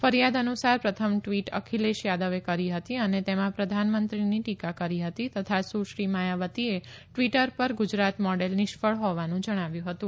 ફરિયાદ અનુસાર પ્રથમ ટ્વીટર અખિલેશ યાદલે કરી હતી અને તેમાં પ્રધાનમંત્રીની ટીકા કરી હતી તથા સુશ્રી માયાવતીએ ટ્વીટર પર ગુજરાત મોડેલ નિષ્ફળ હોવાનું જણાવ્યું હતું